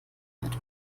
fährt